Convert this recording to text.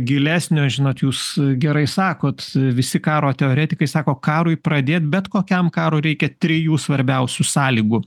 gilesnio žinot jūs gerai sakot visi karo teoretikai sako karui pradėt bet kokiam karui reikia trijų svarbiausių sąlygų